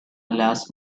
last